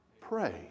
Pray